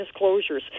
closures